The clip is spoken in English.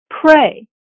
pray